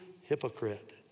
hypocrite